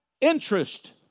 interest